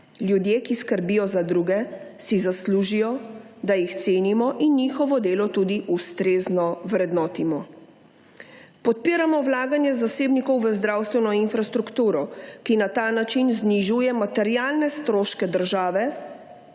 Ljudje, ki skrbijo za druge si zaslužijo, da jih cenimo in njihovo delo tudi ustrezno vrednotimo. Podpiramo vlaganje zasebnikov v zdravstveno infrastrukturo, ki 33. TRAK: (NB) – 11.55 (Nadaljevanje) na ta način znižuje materialne stroške države,